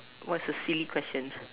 what's your silly question